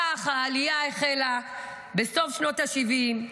כך העלייה החלה בסוף שנות השבעים,